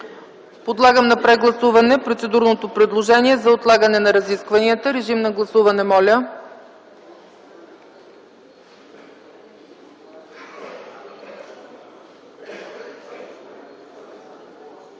Подлагам на прегласуване процедурното предложение за отлагане на разискванията. Гласували